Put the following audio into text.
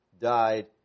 died